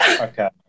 Okay